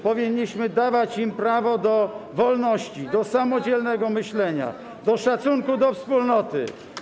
powinniśmy dawać im prawo do wolności, do samodzielnego myślenia, do szacunku do wspólnoty.